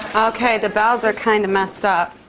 okay. the bells are kind of messed up